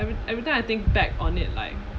every every time I think back on it like